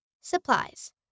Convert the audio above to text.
Supplies